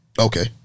Okay